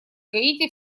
гаити